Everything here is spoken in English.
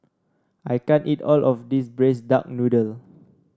I can't eat all of this Braised Duck Noodle